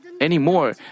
anymore